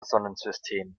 sonnensystem